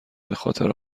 بخاطر